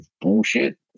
bullshit